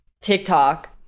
tiktok